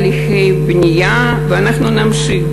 אנחנו התחלנו בתהליכי בנייה ואנחנו נמשיך,